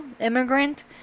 immigrant